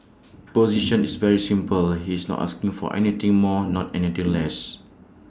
position is very simple he is not asking for anything more not anything less